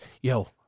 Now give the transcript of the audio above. Yo